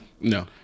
No